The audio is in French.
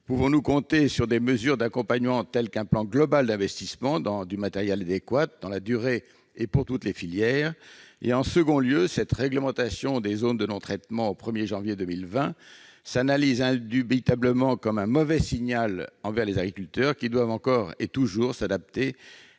Pouvons-nous compter sur des mesures d'accompagnement, tel qu'un plan global d'investissement dans du matériel adéquat, dans la durée et pour toutes les filières ? En second lieu, la réglementation des zones de non-traitement au 1 janvier 2020 s'analyse indubitablement comme un mauvais signal envers les agriculteurs, qui doivent encore et toujours s'adapter